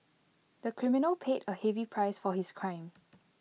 the criminal paid A heavy price for his crime